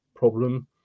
problem